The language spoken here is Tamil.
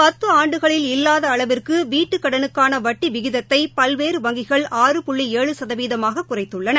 பத்துஆண்டுகளில் இல்வாதஅளவிற்குவீட்டுக் கடனுக்கானவட்டிவிகிதத்தைபல்வேறு வங்கிகள் ஆறு புள்ளி ஏழு சதவீதமாககுறைத்துள்ளன